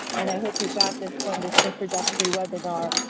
and i hope you got this from this introductory webinar,